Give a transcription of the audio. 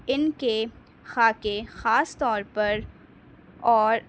ان کے خاکے خاص طور پر اور